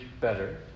better